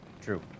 True